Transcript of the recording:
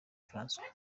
françois